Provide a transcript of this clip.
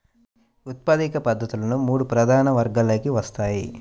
ఉత్పాదక పద్ధతులు మూడు ప్రధాన వర్గాలలోకి వస్తాయి